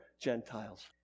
Gentiles